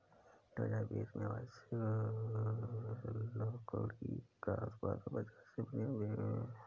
दो हजार बीस में वार्षिक लकड़ी का उत्पादन पचासी मिलियन क्यूबिक मीटर था